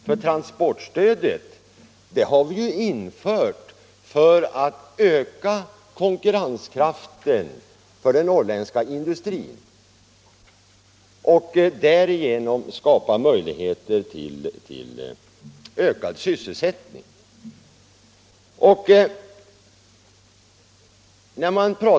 Vi har ju infört transportstödet för att öka konkurrenskraften för den norrländska in dustrin och därigenom skapa möjligheter till ökad sysselsättning.